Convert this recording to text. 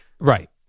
Right